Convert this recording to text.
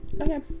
okay